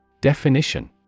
Definition